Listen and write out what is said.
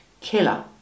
killer